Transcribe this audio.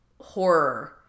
horror